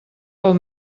pel